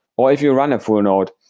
or if you run a full node,